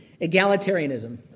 Egalitarianism